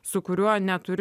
su kuriuo neturi